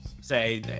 Say